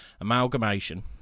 amalgamation